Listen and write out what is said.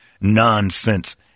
nonsense